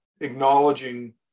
acknowledging